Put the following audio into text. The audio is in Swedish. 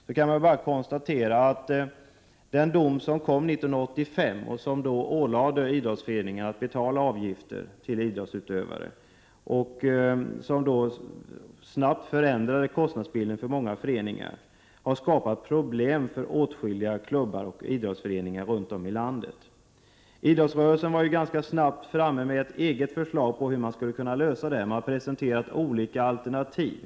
Den dom som kom 1985 och som ålade idrottsföreningarna att betala avgifter för idrottsutövare kom snabbt att förändra kostnadsbilden för många föreningar och skapade problem för åtskilliga klubbar och idrottsföreningar runt om i landet. Idrottsrörelsen fick snabbt fram ett eget förslag till hur man skulle kunna lösa problemet — man presenterade olika alternativ.